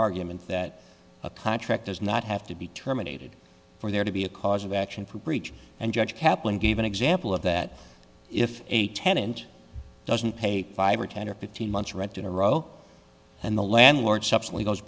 argument that a contract does not have to be terminated for there to be a cause of action for breach and judge kaplan gave an example of that if a tenant doesn't pay five or ten or fifteen months rent in a row and the landlord